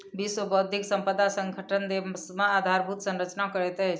विश्व बौद्धिक संपदा संगठन देश मे आधारभूत संरचना करैत अछि